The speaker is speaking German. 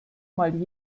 mal